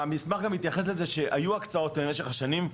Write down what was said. המסמך גם מתייחס לזה שבמשך השנים היו הקצאות,